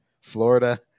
Florida